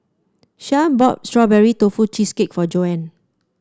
Shyanne bought Strawberry Tofu Cheesecake for Joanne